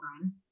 run